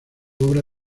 obra